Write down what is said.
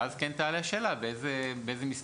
ואז כן תעלה השאלה באיזו מסגרת.